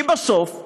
כי בסוף הוא,